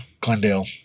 Glendale